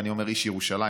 ואני אומר: איש ירושלים,